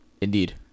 Indeed